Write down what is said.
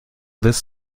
this